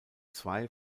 zwei